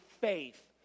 faith